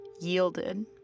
Yielded